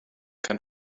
can